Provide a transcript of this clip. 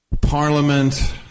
Parliament